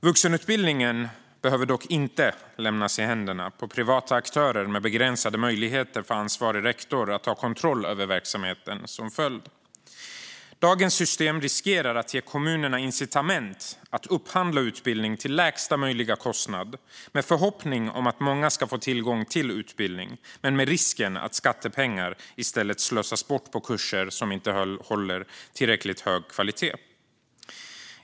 Vuxenutbildningen behöver dock inte lämnas i händerna på privata aktörer, med begränsade möjligheter för ansvarig rektor att ta kontroll över verksamheten som följd. Dagens system riskerar att ge kommunerna incitament att upphandla utbildning till lägsta möjliga kostnad med förhoppning om att många ska få tillgång till utbildning men med risken att skattepengar i stället slösas bort på kurser som inte håller tillräckligt hög kvalitet.